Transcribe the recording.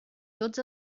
tots